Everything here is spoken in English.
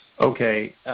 Okay